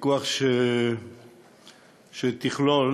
תכלול